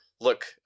look